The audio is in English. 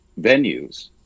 venues